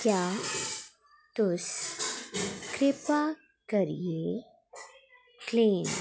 क्या तुस कृपा करियै क्लेम